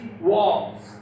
walls